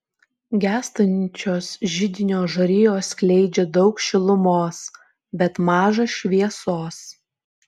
gęstančios židinio žarijos skleidžia daug šilumos bet maža šviesos